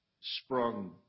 sprung